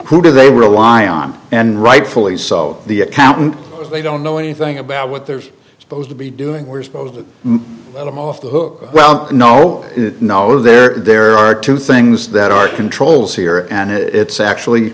who they rely on and are rightfully so the accountant they don't know anything about what they're supposed to be doing we're supposed to let them off the hook well no no there are two things that are controls here and it's actually